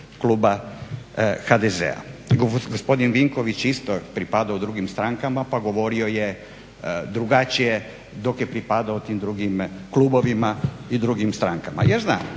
kluba HDZ-a. Gospodin Vinković je isto pripadao drugim strankama pa govorio je drugačije dok je pripadao tim drugim klubovima i drugim strankama. Ja znam,